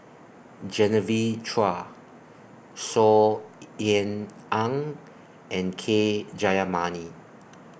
Genevieve Chua Saw Ean Ang and K Jayamani